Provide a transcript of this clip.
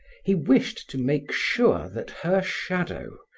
he wished to make sure that her shadow,